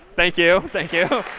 thank you. thank you.